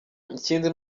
ikindi